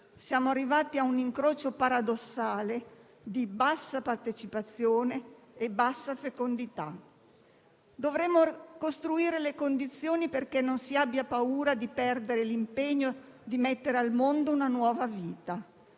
Siamo arrivati a un incrocio paradossale di bassa partecipazione e bassa fecondità. Dovremmo costruire le condizioni perché non si abbia paura di perdere l'impegno di mettere al mondo una nuova vita.